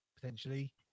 potentially